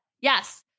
Yes